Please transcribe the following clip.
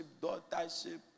daughtership